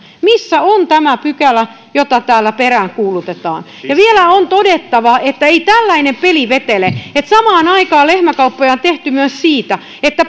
missä on tämä pykälä jota täällä peräänkuulutetaan vielä on todettava että ei tällainen peli vetele että samaan aikaan lehmänkauppoja on tehty myös siitä